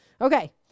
Okay